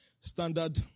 standard